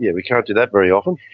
yeah we can't do that very often,